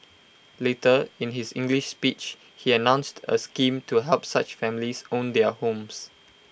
later in his English speech he announced A scheme to help such families own their homes